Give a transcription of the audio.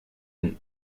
een